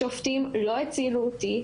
השופטים לא הצילו אותי,